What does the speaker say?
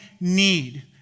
need